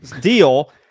deal